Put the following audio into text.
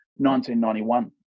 1991